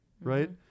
right